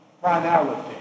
finality